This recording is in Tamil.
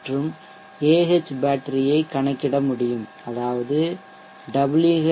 மற்றும் Ahbat ஐ கணக்கிட முடியும் அதாவது WhloadDOD